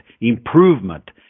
improvement